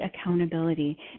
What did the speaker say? accountability